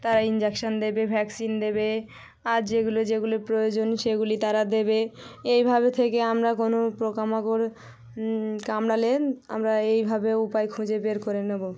তারা ইনজেকশান দেবে ভ্যাকসিন দেবে আর যেগুলো যেগুলো প্রয়োজন সেগুলি তারা দেবে এইভাবে থেকে আমরা কোনো পোকা মাকড় কামড়ালে আমরা এইভাবে উপায় খুঁজে বের করে নেবো